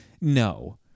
No